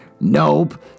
Nope